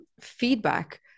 feedback